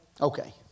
Okay